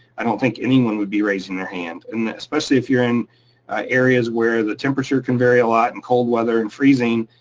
i don't think anyone would be raising their hand. and especially if you're in areas where the temperature can vary a lot in cold weather and freezing,